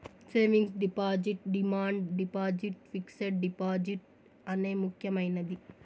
savings deposit demand deposit fixed deposit అనే ముక్యమైనది